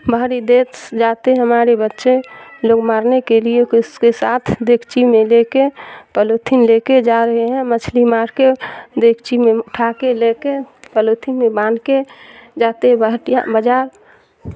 باہری دیش جاتے ہیں ہمارے بچے لوگ مارنے کے لیے اس کے ساتھ دیگچی میں لے کے پلوتھین لے کے جا رہے ہیں مچھلی مار کے دیگچی میں اٹھا کے لے کے پلوتھین میں بانھ کے جاتے بازار